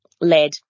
lead